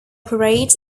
operates